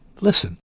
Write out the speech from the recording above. Listen